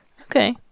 Okay